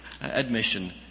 admission